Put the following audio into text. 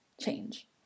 change